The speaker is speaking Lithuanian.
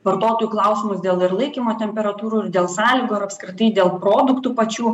vartotojų klausimus dėl ir laikymo temperatūrų ir dėl sąlygų ar apskritai dėl produktų pačių